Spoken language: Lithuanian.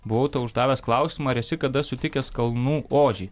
buvau uždavęs klausimą ar esi kada sutikęs kalnų ožį